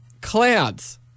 clouds